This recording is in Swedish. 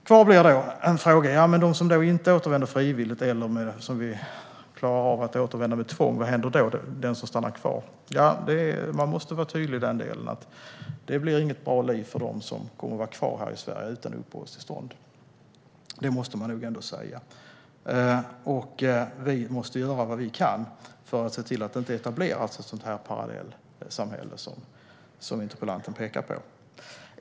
Kvar blir då frågan vad som händer med dem som inte återvänder frivilligt och dem som vi inte klarar av att med tvång se till att de återvänder. Man måste vara tydlig med att det inte blir något bra liv för dem som kommer att vara kvar här i Sverige utan uppehållstillstånd. Det måste man nog ändå säga. Vi måste göra vad vi kan för att se till att det inte etableras ett sådant parallellsamhälle som interpellanten pekar på.